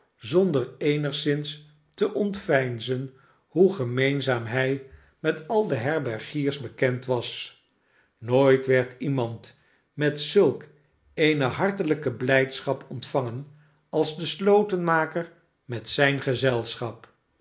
zonder eenigszins te ontveinzen hoe gemeenzaam hij met al de herbergiers bekend was nooit werd iemand met zulk eene hartelijke blijdschap ontvangen als de slotenmaker met zijn gezelschap